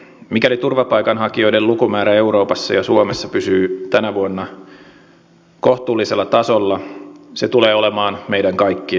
mikäli turvapaikanhakijoiden lukumäärä euroopassa ja suomessa pysyy tänä vuonna kohtuullisella tasolla se tulee olemaan meidän kaikkien etu